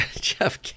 Jeff